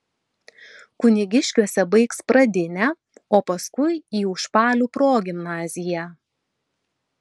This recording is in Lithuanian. kunigiškiuose baigs pradinę o paskui į užpalių progimnaziją